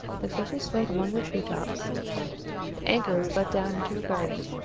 the fishes swim among the tree-tops the anchor is let down into a garden.